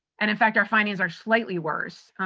and, in fact, our findings are slightly worse.